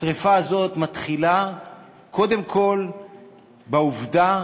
השרפה הזאת מתחילה קודם כול בעובדה